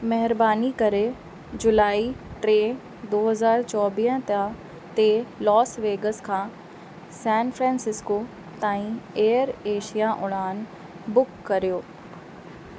महिरबानी करे जुलाई टे दौ हज़ार चौवीह त ते लास वेगस खां सैन फ्रांसिस्को ताईं एयर एशिया उड़ान बुक कयो